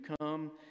come